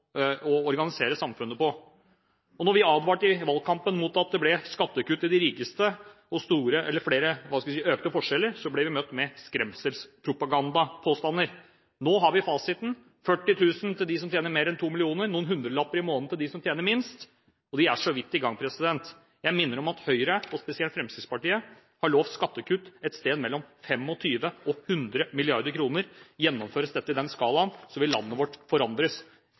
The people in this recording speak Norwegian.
å organisere samfunnet på. Da vi i valgkampen advarte mot at det ble skattekutt til de rikeste og økte forskjeller, ble vi møtt med påstander om skremselspropaganda. Nå har vi fasiten: 40 000 til dem som tjener over 2 mill. kr og noen hundrelapper i måneden til dem som tjener minst. Og vi er så vidt i gang. Jeg minner om at Høyre og spesielt Fremskrittspartiet har lovet skattekutt på et sted mellom 25 mrd. kr og 100 mrd. kr. Gjennomføres dette i den skalaen, vil landet vårt forandres